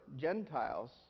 Gentiles